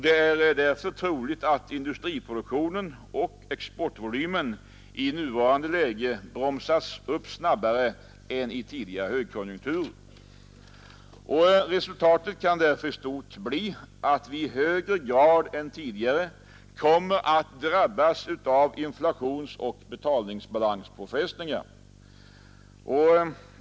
Det är därför troligt att industriproduktionen och exportvolymen i nuvarande läge bromsats upp snabbare än i tidigare högkonjunkturer. Resultatet kan därför bli att vi i högre grad än tidigare kommer att drabbas av inflationsoch betalningsbalanspåfrestningar.